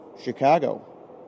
Chicago